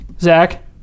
Zach